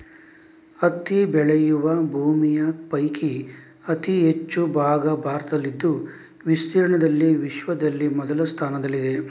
ಹತ್ತಿ ಬೆಳೆಯುವ ಭೂಮಿಯ ಪೈಕಿ ಅತಿ ಹೆಚ್ಚು ಭಾಗ ಭಾರತದಲ್ಲಿದ್ದು ವಿಸ್ತೀರ್ಣದಲ್ಲಿ ವಿಶ್ವದಲ್ಲಿ ಮೊದಲ ಸ್ಥಾನದಲ್ಲಿದೆ